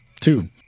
Two